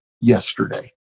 yesterday